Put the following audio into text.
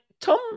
Tom